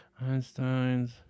Einstein's